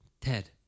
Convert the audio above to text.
Ted